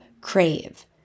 crave